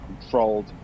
controlled